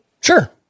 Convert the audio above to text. Sure